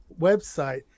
website